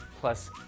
plus